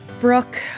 Brooke